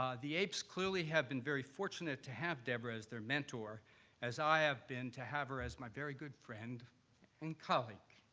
the aaps clearly have been very fortunate to have deborah as their mentor as i have been to have her as my very good friend and colleague.